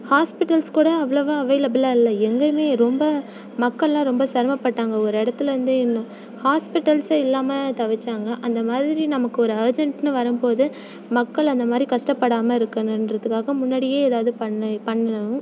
hospitals கூட அவ்வளோவா அவைலபுளாக இல்லை எங்கேயுமே ரொம்ப மக்களெலாம் ரொம்ப சிரமப்பட்டாங்க ஒரு இடத்துலருந்து இன்னும் ஹாஸ்பிட்டல்ஸே இல்லாமல் தவிச்சாங்க அந்த மாதிரி நமக்கு ஒரு அர்ஜெண்ட்டுன்னு வரும் போது மக்கள் அந்தமாதிரி கஷ்டப்படாமல் இருக்கணுன்றதுக்காக முன்னாடியே எதாவது பண்ணி பண்ணும்